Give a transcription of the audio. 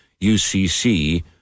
UCC